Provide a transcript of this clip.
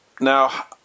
Now